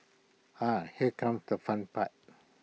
ah here comes the fun part